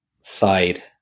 side